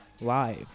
live